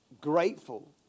grateful